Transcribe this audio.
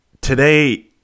Today